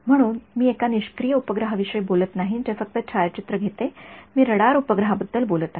म्हणून मी एका निष्क्रिय उपग्रहाविषयी बोलत नाही जे फक्त छायाचित्रे घेते मी रडार उपग्रहाबद्दल बोलत आहे